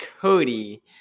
Cody